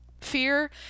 fear